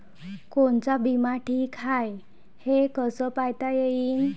कोनचा बिमा ठीक हाय, हे कस पायता येईन?